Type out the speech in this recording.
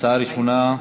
הצעה ראשונה: